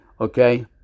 okay